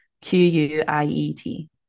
Q-U-I-E-T